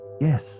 Yes